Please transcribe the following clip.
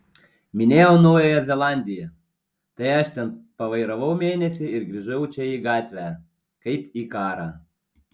minėjau naująją zelandiją tai aš ten pavairavau mėnesį ir grįžau čia į gatvę kaip į karą